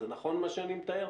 זה נכון מה שאני מתאר?